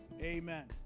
Amen